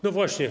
No właśnie.